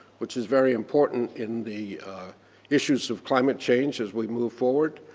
which is very important in the issues of climate change as we move forward.